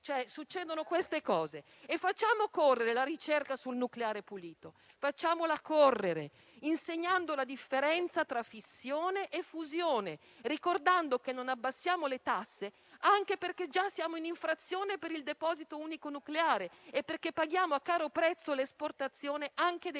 succedono queste cose. Facciamo correre la ricerca sul nucleare pulito. Facciamola correre, insegnando la differenza tra fissione e fusione; ricordando che non abbassiamo le tasse anche perché siamo già in infrazione per il deposito unico nucleare e perché paghiamo a caro prezzo l'esportazione dei nostri